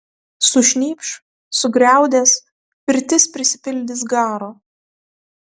sušnypš sugriaudės pirtis prisipildys garo